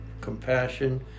compassion